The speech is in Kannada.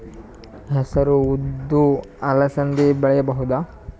ಹೆಸರು ಉದ್ದು ಅಲಸಂದೆ ಬೆಳೆಯಬಹುದಾ?